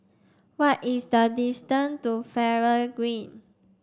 what is the distance to Faber Green